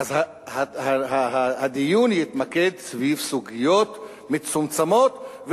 אז הדיון יתמקד סביב סוגיות מצומצמות,